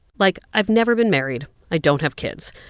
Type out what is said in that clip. like, i've never been married i don't have kids.